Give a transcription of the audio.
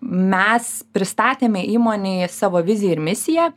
mes pristatėme įmonei savo viziją ir misiją